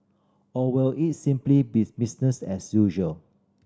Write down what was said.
or will it simply be business as usual